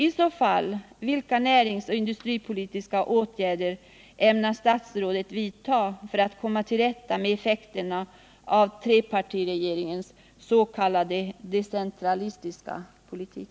I så fall, vilka näringsoch industripolitiska åtgärder ämnar statsrådet vidta för att komma till rätta med effekterna av trepartiregeringens s.k. decentralistiska politik?